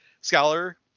scholar